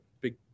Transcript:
big